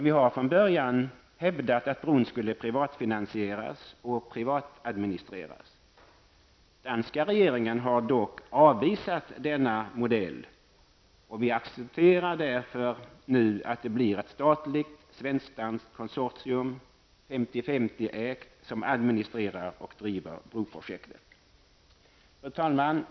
Vi har från början hävdat att bron skulle privatfinansieras och privatadministreras. Danska regeringen har dock avvisat denna modell, och vi accepterar därför nu att det blir ett statligt svensk-danskt konsortium, Fru talman!